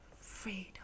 freedom